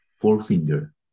forefinger